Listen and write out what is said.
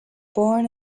born